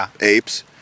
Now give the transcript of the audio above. apes